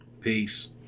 Peace